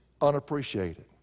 unappreciated